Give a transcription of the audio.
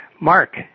Mark